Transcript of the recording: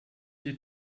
die